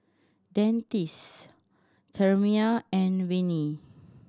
Dentiste Sterimar and Avene